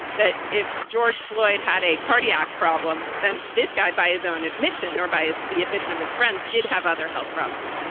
that if george floyd had a cardiac problem, then this guy, by his own admission or bias, the admission of his friends did have other health problems.